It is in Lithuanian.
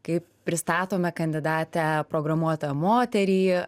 kaip pristatome kandidatę programuotoją moterį